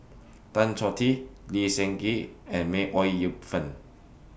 Tan Choh Tee Lee Seng Gee and May Ooi Yu Fen